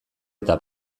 eta